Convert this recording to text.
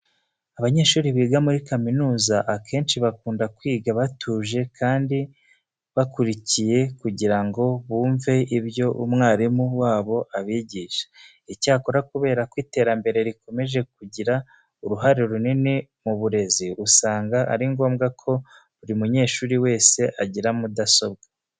Abanyeshuri biga muri kaminuza akenshi bakunda kwiga batuje kandi bakurikiye kugira ngo bumve ibyo umwarimu wabo abigisha. Icyakora kubera ko iterambere rikomeje kugira uruhare runini mu burezi, usanga ari ngombwa ko buri munyeshuri wese agira mudasobwa.